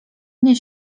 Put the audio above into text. mnie